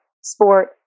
sport